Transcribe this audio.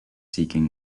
seeking